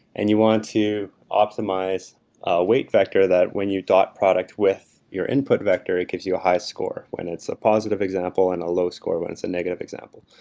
and you want to optimize optimize weight vector that when you dot product with your input vector, it gives you a high score when it's a positive example and a low score when it's a negative example.